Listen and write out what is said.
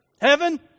Heaven